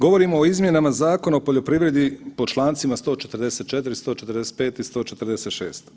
Govorimo o izmjenama Zakona o poljoprivredi po člancima 144., 145. i 146.